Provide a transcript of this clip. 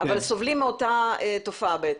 אבל סובלים מאותה תופעה.